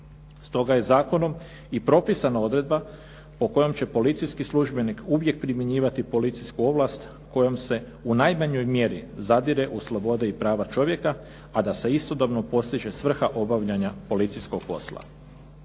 Stoga je zakonom i propisana odredba po kojoj će policijski službenik uvijek primjenjivati policijsku ovlast kojom se u najmanjoj mjeri zadire u slobode i prava čovjeka a da se istodobno postiže svrha obavljanja policijskog posla.